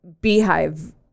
beehive